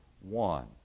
one